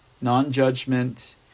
non-judgment